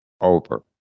over